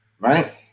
right